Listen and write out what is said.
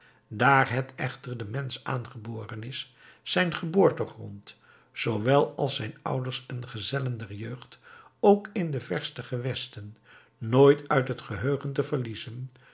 daar het echter den mensch aangeboren is zijn geboortegrond zoowel als zijn ouders en gezellen der jeugd ook in de verste gewesten nooit uit t geheugen te verliezen